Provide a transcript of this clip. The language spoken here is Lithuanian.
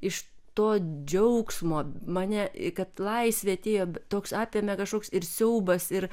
iš to džiaugsmo mane kad laisvė atėjo toks apėmė kažkoks ir siaubas ir